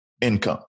income